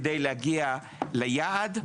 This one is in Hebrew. כדי להגיע ליעד.